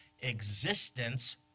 existence